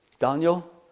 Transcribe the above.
Daniel